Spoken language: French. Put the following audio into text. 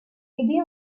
aidé